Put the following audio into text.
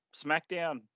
Smackdown